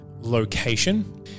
location